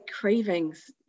cravings